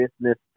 business